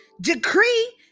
decree